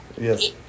yes